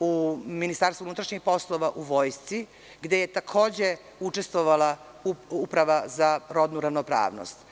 u MUP-u, u vojsci, gde je takođe učestvovala Uprava za rodnu ravnopravnost.